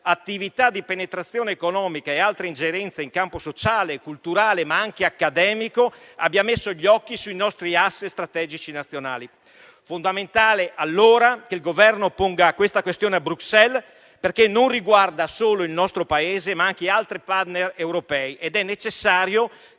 attività di penetrazione economica e altre ingerenze in campo sociale e culturale, ma anche accademico, abbia messo gli occhi sui nostri *asset* strategici nazionali. È fondamentale allora che il Governo ponga questa questione a Bruxelles, perché non riguarda solo il nostro Paese, ma anche altri *partner* europei, ed è necessario